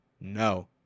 No